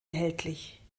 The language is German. erhältlich